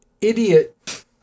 idiot